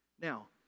Now